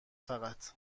فقط